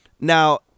Now